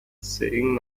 saying